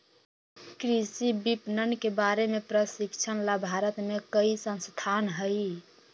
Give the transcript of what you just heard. कृषि विपणन के बारे में प्रशिक्षण ला भारत में कई संस्थान हई